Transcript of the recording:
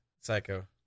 Psycho